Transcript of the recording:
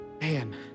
man